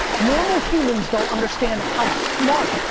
normal humans don't understand how smart.